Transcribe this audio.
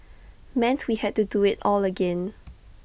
meant we had to do IT all again